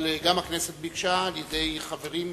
אבל גם הכנסת ביקשה, על-ידי חברים,